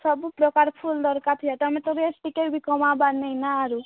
ସବୁପ୍ରକାର ଫୁଲ୍ ଦରକାର୍ ଥିବା ତମେ ତ ବେଶ୍ ଟିକେ ବି କମାବାର ନେଇଁନା ଆରୁ